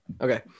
Okay